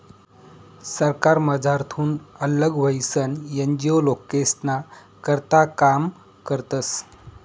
सरकारमझारथून आल्लग व्हयीसन एन.जी.ओ लोकेस्ना करता काम करतस